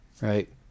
Right